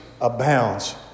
abounds